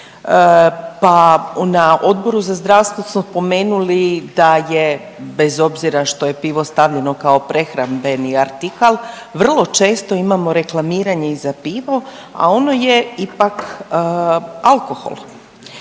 Pa na Odboru za zdravstvo … spomenuli da je bez obzira što je pivo stavljeno kao prehrambeni artikl, vrlo često imamo reklamiranje i za pivo, a ono je ipak alkohol.